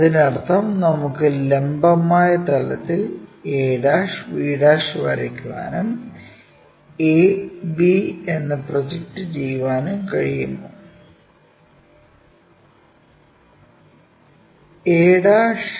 അതിനർത്ഥം നമുക്ക് ലംബമായ തലത്തിൽ a b വരയ്ക്കാനും a b എന്ന് പ്രൊജക്റ്റ് ചെയ്യാനും കഴിയുമോ